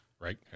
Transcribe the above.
Right